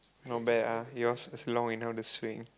not bad ah yours is long enough to swing